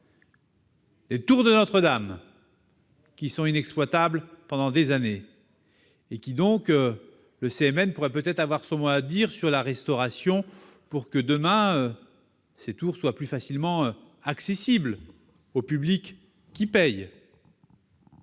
les tours de Notre-Dame, qui seront inexploitables pendant des années. Il me semble donc que le CMN pourrait avoir son mot à dire sur la restauration pour que, demain, ces tours soient plus facilement accessibles au public payant.